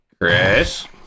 Chris